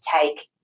take